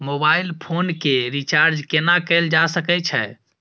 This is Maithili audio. मोबाइल फोन के रिचार्ज केना कैल जा सकै छै?